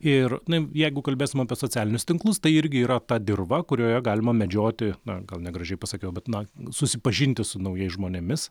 ir na jeigu kalbėsim apie socialinius tinklus tai irgi yra ta dirva kurioje galima medžioti na gal negražiai pasakiau bet na susipažinti su naujais žmonėmis